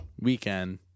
weekend